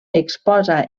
exposa